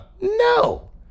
No